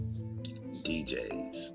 DJs